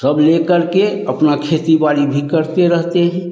सब लेकर के अपना खेती बाड़ी भी करते रहते हैं